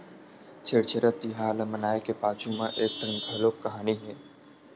छेरछेरा तिहार ल मनाए के पाछू म एकठन घलोक कहानी हे